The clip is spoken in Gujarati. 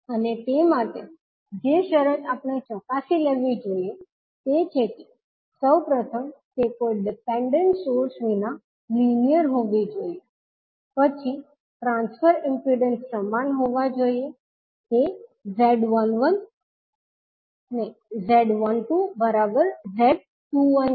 અને તે માટે જે શરત આપણે ચકાસી લેવી જોઈએ તે છે કે સૌપ્રથમ તે કોઈ ડિપેંડેંડ સોર્સ વિના લિનિઅર હોવી જોઈએ પછી ટ્રાન્સફર ઇમ્પિડન્સ સમાન હોવા જોઈએ તે Z12Z21 છે